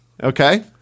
Okay